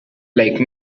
like